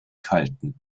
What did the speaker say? kalten